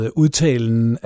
udtalen